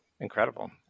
incredible